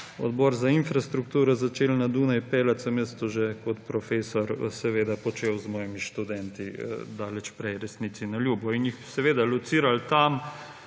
Odbor za infrastrukturo, začeli obiskovati Dunaj, sam jaz to že kot profesor seveda počel z mojimi študenti daleč prej, resnici na ljubo. In jih seveda locirali tam,